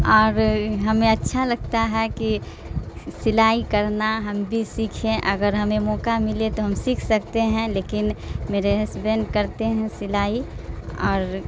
اور ہمیں اچھا لگتا ہے کہ سلائی کرنا ہم بھی سیکھیں اگر ہمیں موقع ملے تو ہم سیکھ سکتے ہیں لیکن میرے ہسبینڈ کرتے ہیں سلائی اور